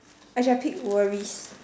I shall pick worries